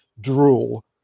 drool